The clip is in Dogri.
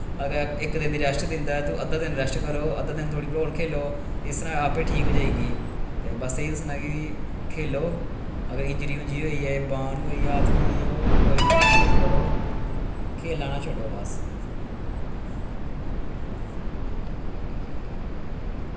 अगर इक दिन दी रैस्ट दिन्दा ऐ तुस अद्धा दिन रैस्ट करो अद्धा दिन थोह्ड़ी बी होर खेलो इस तरह आपै ठीक होई जाह्ग ते बस एह् दस्सना ऐ कि खेलो अगर इंजरी उंजरी होई बाह्ं गी होइयै हत्थ गी होइयै कोई निं खेलना नां छड्डो बस